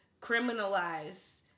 criminalize